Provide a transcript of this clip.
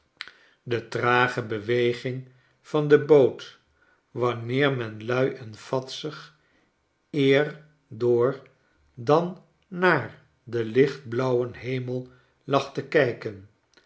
de trage beweging van de boot wanneer men lui en vadsig eer door dan naar den lichtblauwen hemellag te kijken